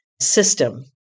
system